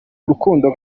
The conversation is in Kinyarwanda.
k’urukundo